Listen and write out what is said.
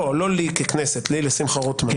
לא, לא לי ככנסת; לי, לשמחה רוטמן.